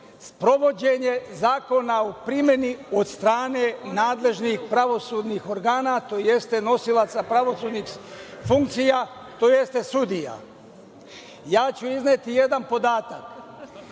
sprovođenje zakona u primeni od strane nadležnih pravosudnih organa, tj. nosilaca pravosudnih funkcija, tj. sudija. Izneću jedan podatak.